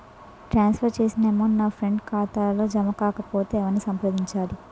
ట్రాన్స్ for చేసిన amount నా friend ఖాతాలో జమ కాకపొతే ఎవరిని సంప్రదించాలి?